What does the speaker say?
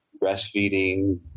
breastfeeding